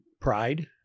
pride